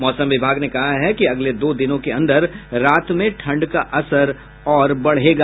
मौसम विभाग ने कहा है कि अगले दो दिनों के अंदर रात में ठंड का असर और बढ़ेगा